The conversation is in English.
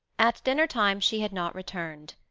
at dinner-time she had not returned.